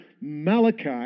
Malachi